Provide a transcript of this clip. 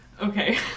Okay